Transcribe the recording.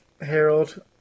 Harold